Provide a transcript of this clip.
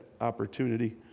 opportunity